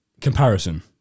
Comparison